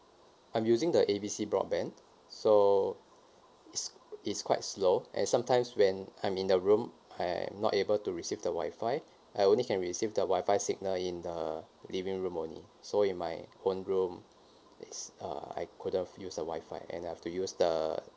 I'm using the A B C broadband so it's it's quite slow and sometimes when I'm in the room I'm not able to receive the wi-fi I only can receive the wi-fi signal in the living room only so in my own room it's uh I couldn't use the wi-fi and I have to use the